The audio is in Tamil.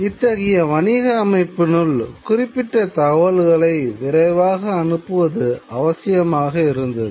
இத்தகைய வணிக அமைப்பினுள் குறிப்பிட்ட தகவல்களை விரைவாக அனுப்புவது அவசியமாக இருந்தது